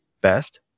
best